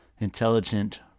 intelligent